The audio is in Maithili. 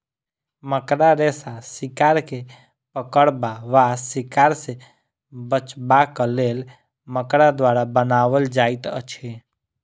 मकड़ा रेशा शिकार के पकड़बा वा शिकार सॅ बचबाक लेल मकड़ा द्वारा बनाओल जाइत अछि